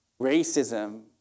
Racism